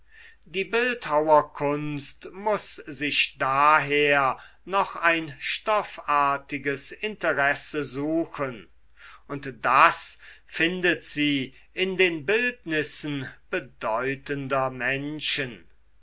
die bildhauerkunst muß sich daher noch ein stoffartiges interesse suchen und das findet sie in den bildnissen bedeutender menschen